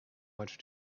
much